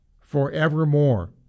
forevermore